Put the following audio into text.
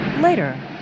Later